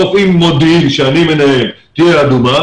אם מודיעין אותה אני מנהל תהיה אדומה,